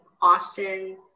Austin